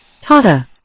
Tata